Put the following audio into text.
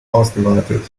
ausgeweitet